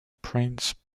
prince